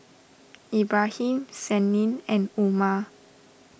Ibrahim Senin and Umar